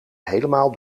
helemaal